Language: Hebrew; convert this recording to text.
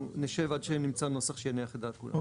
נשב עד שנמצא נוסח שיניח את דעת כולם.